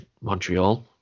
Montreal